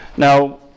Now